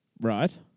Right